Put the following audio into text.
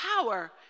power